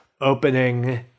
opening